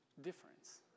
difference